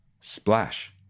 Splash